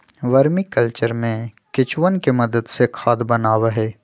vermi culture में केंचुवन के मदद से खाद बनावा हई